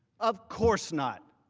of course not.